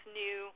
new